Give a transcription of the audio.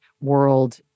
world